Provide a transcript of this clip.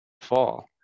fall